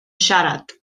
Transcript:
siarad